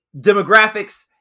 demographics